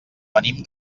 venim